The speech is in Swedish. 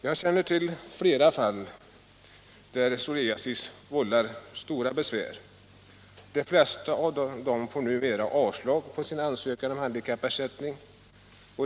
Jag känner till flera fall där psoriasis vållar stora besvär. Oftast får vederbörande avslag på sin ansökan om handikappersättning.